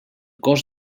cos